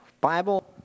Bible